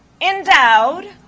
endowed